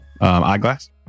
eyeglass